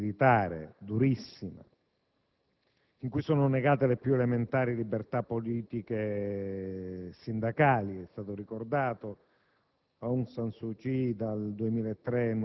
una dittatura militare durissima in cui sono negate le più elementari libertà politiche e sindacali: come è stato ricordato,